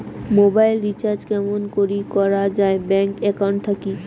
Mobile recharge কেমন করি করা যায় ব্যাংক একাউন্ট থাকি?